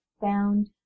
found